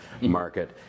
market